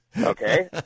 Okay